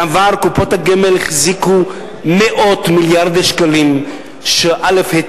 בעבר קופות הגמל החזיקו מאות מיליארדי שקלים שהיטיבו,